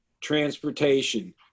transportation